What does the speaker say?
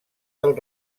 del